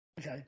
Okay